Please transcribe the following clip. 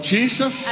Jesus